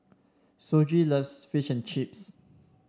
Shoji loves Fish and Chips